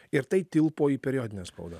ir tai tilpo į periodinę spaudą